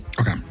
Okay